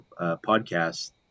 podcast